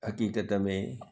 हक़ीक़त में